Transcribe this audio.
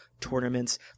tournaments